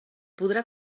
podrà